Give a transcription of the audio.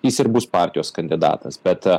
jis ir bus partijos kandidatas bet